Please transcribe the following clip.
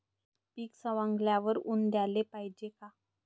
पीक सवंगल्यावर ऊन द्याले पायजे का?